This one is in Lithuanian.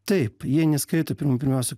taip jie neskaito pirmų pirmiausia